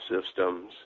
systems